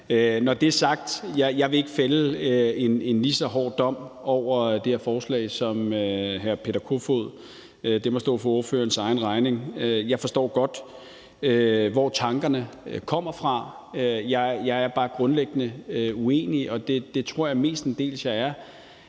Når det er sagt, vil jeg ikke fælde en lige så hård dom over det her forslag som hr. Peter Kofod. Det må stå for ordførerens egen regning. Jeg forstår godt, hvor tankerne kommer fra. Jeg er bare grundlæggende uenig, og det tror jeg mestendels jeg er